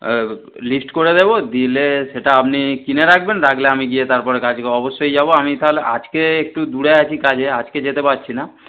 list করে দেবো দিলে সেটা আপনি কিনে রাখবেন রাখলে আমি গিয়ে তারপরে আজকে অবশ্যই যাবো আমি তাহলে আজকে একটু দূরে আছি কাজে আজকে যেতে পারছি না